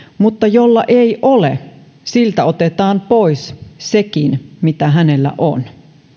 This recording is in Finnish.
mutta jolla ei ole siltä otetaan pois sekin mitä hänellä on